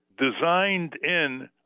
designed-in